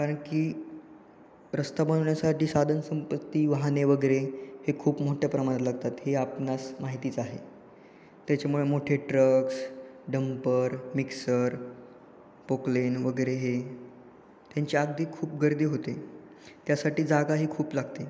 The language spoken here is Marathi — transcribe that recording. कारण की रस्ता बनवण्यासाठी साधनसंपत्ती वाहने वगैरे हे खूप मोठ्या प्रमाणात लागतात हे आपणास माहितीच आहे त्याच्यामुळे मोठे ट्रक्स डंपर मिक्सर पोकलेन वगैरे हे त्यांची अगदी खूप गर्दी होते त्यासाठी जागाही खूप लागते